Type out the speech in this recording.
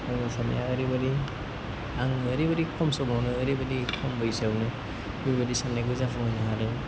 आंनि सान्नाया ओरैबादि आं ओरैबादि खम समावनो ओरैबादि खम बैसोआवनो बेबादि सान्नायखौ जाफुंहोनो हादों